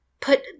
put